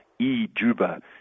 E-JUBA